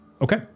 Okay